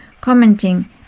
Commenting